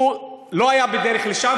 היה בדרך לשם.